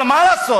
אבל מה לעשות?